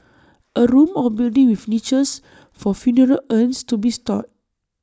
A room or building with niches for funeral urns to be stored